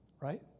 right